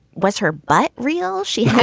was her butt real? she